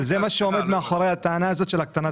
זה מה שעומד מאחורי הטענה הזו של הקטנת